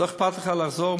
לא אכפת לך לחזור?